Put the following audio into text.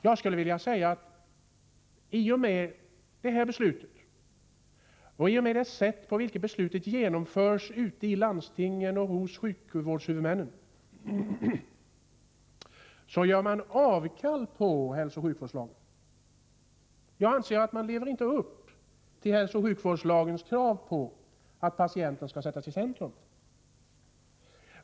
Jag skulle vilja säga att problemet är att detta beslut och det sätt på vilket beslutet genomförs ute i landsting och hos sjukvårdshuvudmän innebär att man gör avkall på hälsooch sjukvårdslagen. Jag anser att man inte lever upp till hälsooch sjukvårdslagens krav på att patienten skall sättas i centrum.